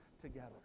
together